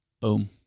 Boom